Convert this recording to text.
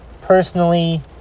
personally